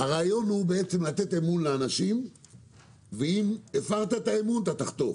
הרעיון הוא לתת אמון באנשים ואם הפרת את האמון אתה תחטוף,